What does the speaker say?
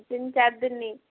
ତିନି ଚାରି ଦିନି